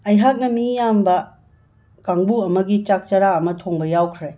ꯑꯩꯍꯥꯛꯅ ꯃꯤ ꯌꯥꯝꯕ ꯀꯥꯡꯕꯨ ꯑꯃꯒꯤ ꯆꯥꯛ ꯆꯔꯥ ꯑꯃ ꯊꯣꯡꯕ ꯌꯥꯎꯈ꯭ꯔꯦ